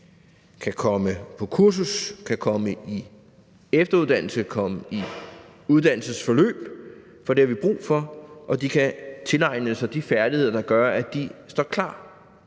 kan komme på kursus, kan komme i efteruddannelse, kan komme i uddannelsesforløb – for det har vi brug for – og de kan tilegne sig de færdigheder, der gør, at de står klar